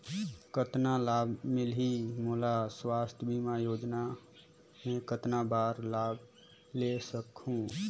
कतना लाभ मिलही मोला? स्वास्थ बीमा योजना मे कतना बार लाभ ले सकहूँ?